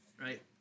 right